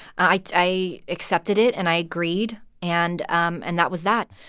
i accepted it, and i agreed. and um and that was that.